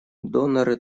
доноры